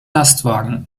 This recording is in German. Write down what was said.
lastwagen